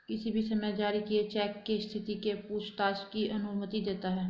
किसी भी समय जारी किए चेक की स्थिति की पूछताछ की अनुमति देता है